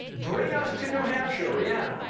bring us to new hampshire, rhianna.